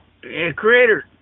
creator